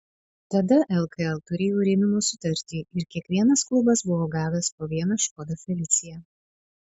tada lkl turėjo rėmimo sutartį ir kiekvienas klubas buvo gavęs po vieną škoda felicia